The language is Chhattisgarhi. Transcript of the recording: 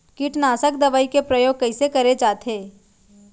कीटनाशक दवई के प्रयोग कइसे करे जाथे?